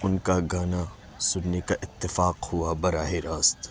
ان کا گانا سننے کا اتفاق ہوا براہ راست